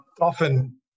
often